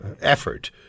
effort